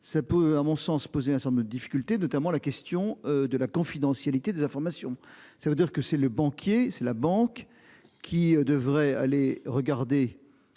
ça peut à mon sens poser hein ça me difficultés notamment la question de la confidentialité des informations. Ça veut dire que c'est le banquier, c'est la banque qui devrait aller regarder.